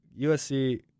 USC